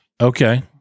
Okay